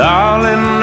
Darling